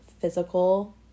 physical